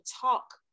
talk